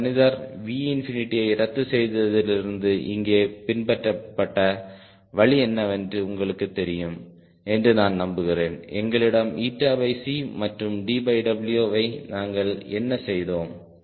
இந்த மனிதர் Vயை ரத்து செய்ததிலிருந்து இங்கே பின்பற்றப்பட்ட வழி என்னவென்று உங்களுக்குத் தெரியும் என்று நான் நம்புகிறேன் எங்களிடம் C மற்றும் dWW வை நாங்கள் என்ன செய்தோம்